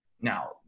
Now